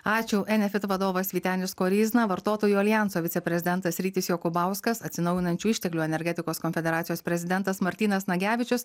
ačiū enefit vadovas vytenis koryzna vartotojų aljanso viceprezidentas rytis jokubauskas atsinaujinančių išteklių energetikos konfederacijos prezidentas martynas nagevičius